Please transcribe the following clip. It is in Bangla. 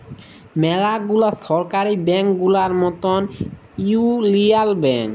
ম্যালা গুলা সরকারি ব্যাংক গুলার মতল ইউলিয়াল ব্যাংক